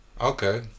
Okay